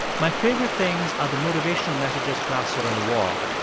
my favorite things are the motivational messages plastered on the wall.